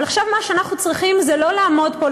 אבל עכשיו מה שאנחנו צריכים זה לא לעמוד פה,